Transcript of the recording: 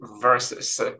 versus